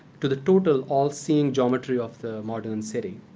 to the total all-seeing geometry of the modern city.